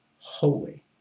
holy